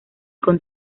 con